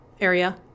area